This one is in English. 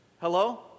Hello